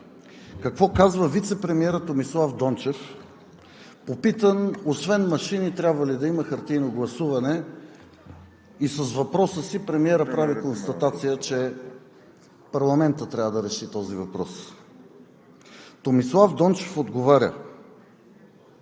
какво казва вицепремиерът Томислав Дончев – попитан освен машини, трябва ли да има хартиено гласуване, премиерът прави констатация, че парламентът трябва да реши този въпрос, а Томислав Дончев отговаря: